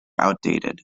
outdated